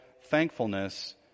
thankfulness